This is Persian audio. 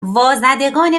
وازدگان